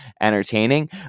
entertaining